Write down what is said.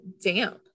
damp